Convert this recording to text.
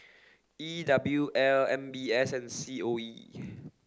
E W L M B S and C O E